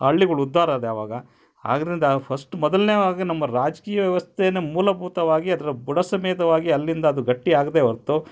ಹಳ್ಳಿಗಳ್ ಉದ್ಧಾರಾದ ಯಾವಾಗ ಆದ್ದರಿಂದ ಫಸ್ಟ್ ಮೊದಲ್ನೆದಾಗಿ ನಮ್ಮ ರಾಜಕೀಯ ವ್ಯವಸ್ಥೆನೇ ಮೂಲಭೂತವಾಗಿ ಅದರ ಬುಡ ಸಮೇತವಾಗಿ ಅಲ್ಲಿಂದ ಅದು ಗಟ್ಟಿಯಾಗದೆ ಹೊರ್ತು